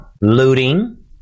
looting